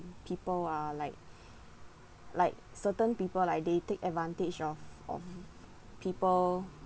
people are like like certain people like they take advantage of of people